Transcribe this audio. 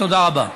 תודה רבה.